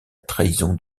trahison